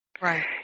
Right